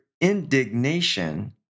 indignation